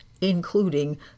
including